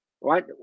right